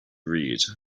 read